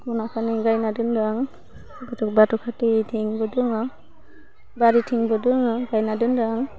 ख'ना खानि गायना दोनदो आं बाथौ खाथि बिथिंबो दङ बारिथिंबो दङ गाना दोनदो आं